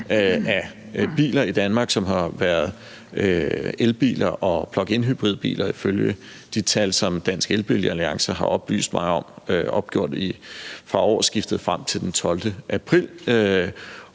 af biler i Danmark har været elbiler og pluginhybridbiler, ifølge de tal, som Dansk Elbil Alliance har oplyst mig om, opgjort fra årsskiftet frem til den 12. april.